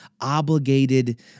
obligated